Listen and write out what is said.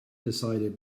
decided